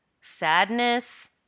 sadness